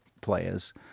players